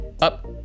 up